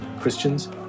Christians